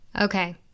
okay